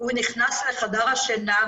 הוא נכנס לחדר השינה,